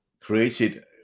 created